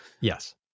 Yes